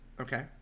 Okay